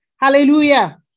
Hallelujah